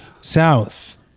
South